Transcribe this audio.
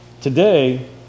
Today